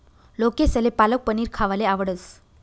लोकेसले पालक पनीर खावाले आवडस